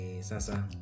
Sasa